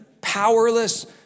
powerless